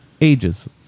ages